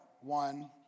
one